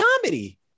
comedy